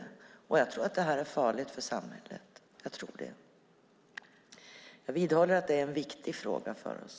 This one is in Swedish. Jag tror att det är farligt för samhället. Jag vidhåller att detta är en viktig fråga för oss.